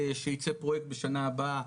שייצא פרויקט בשנה הבאה.